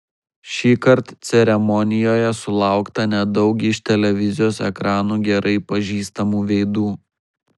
šįkart ceremonijoje sulaukta nedaug iš televizijos ekranų gerai pažįstamų veidų